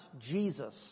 Jesus